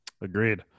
Agreed